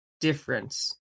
difference